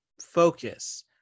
focus